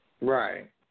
Right